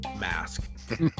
mask